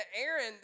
Aaron